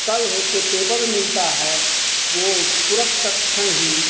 कल होकर पेपर में मिलता है वह तुरंत तत्छन ही